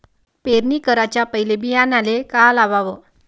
पेरणी कराच्या पयले बियान्याले का लावाव?